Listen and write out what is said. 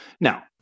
now